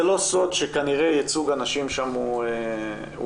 לא סוד שכנראה ייצוג הנשים שם הוא נמוך.